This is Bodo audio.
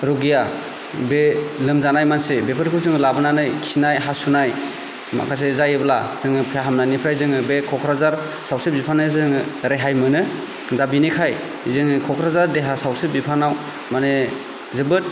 रुगिया बे लोमजानाय मानसि बेफोरखौ जोंङो लाबोनानै खिनाय हासुनाय माखासे जायोब्ला जोंङो फाहामनायनिफ्राय जोंङो बे क'क्राझार सावस्रि बिफान निफ्राय जोंङो रेहाय मोनो दा बिनिखाय जोंङो क'क्राझार देहा सावस्रि बिफानाव मानि जोबोद